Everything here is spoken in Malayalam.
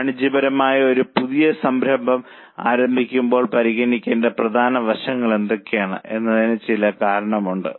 വാണിജ്യപരമായ ഒരു പുതിയ സംരംഭം ആരംഭിക്കുമ്പോൾ പരിഗണിക്കേണ്ട പ്രധാന വശങ്ങൾ എന്തൊക്കെയാണ് എന്നതിന് ചില കാരണങ്ങളുണ്ട്